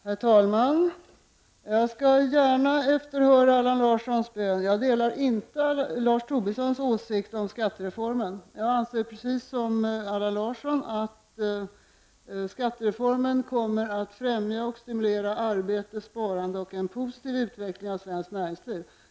Herr talman! Jag skall gärna efterkomma Allan Larssons bön. Jag delar inte Lars Tobissons åsikt om skattereformen. Jag anser, precis som Allan Larsson, att skattereformen kommer att främja och stimulera arbete, sparande och en positiv utveckling av svenskt näringsliv.